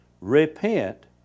Repent